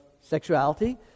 sexuality